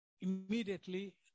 immediately